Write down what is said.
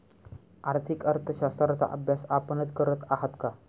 आर्थिक अर्थशास्त्राचा अभ्यास आपणच करत आहात का?